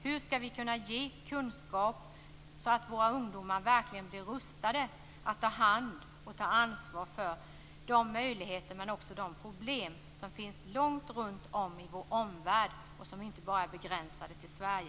Hur skall vi kunna ge kunskap så att våra ungdomar verkligen blir rustade att ta ansvar för de möjligheter och problem som finns i vår omvärld och som inte bara är begränsade till Sverige?